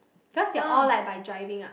cause they're all like by driving ah